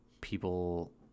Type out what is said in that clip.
people